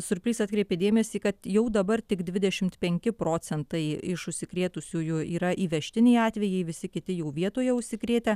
surplys atkreipė dėmesį kad jau dabar tik dvidešimt penki procentai iš užsikrėtusiųjų yra įvežtiniai atvejai visi kiti jau vietoje užsikrėtę